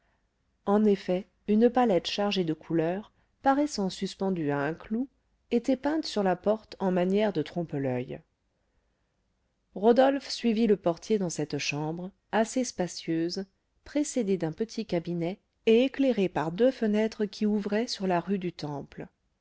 en effet une palette chargée de couleurs paraissant suspendue à un clou était peinte sur la porte en manière de trompe loeil rodolphe suivit le portier dans cette chambre assez spacieuse précédée d'un petit cabinet et éclairée par deux fenêtres qui ouvraient sur la rue du temple